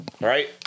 right